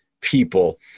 people